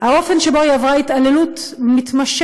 האופן שבו היא עברה התעללות מתמשכת,